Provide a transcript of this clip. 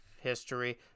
history